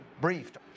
briefed